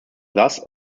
thus